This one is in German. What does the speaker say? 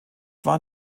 waren